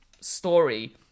story